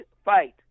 fight